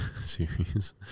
series